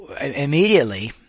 Immediately